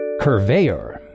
Curveyor